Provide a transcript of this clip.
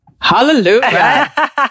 Hallelujah